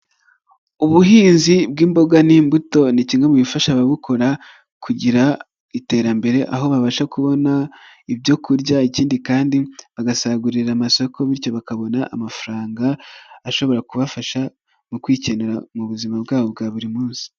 Ubuhinzi bw'imboga n'imbuto ni kimwe mu bifasha ababukora kugira iterambere aho babasha kubona ibyo kurya ikindi kandi bagasagurira amasoko bityo bakabona amafaranga ashobora kubafasha mu kwikenera mu buzima bwabo bwa buri munsi.